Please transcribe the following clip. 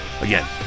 Again